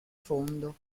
fondo